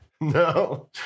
No